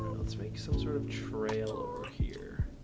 let's make some sort of trail over here